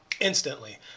instantly